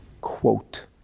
quote